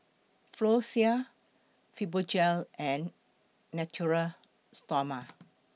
Floxia Fibogel and Natura Stoma